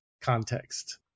context